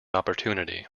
opportunity